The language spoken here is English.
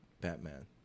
Batman